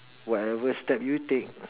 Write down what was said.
whatever step you take